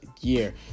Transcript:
year